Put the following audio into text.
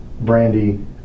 Brandy